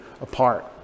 apart